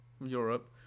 Europe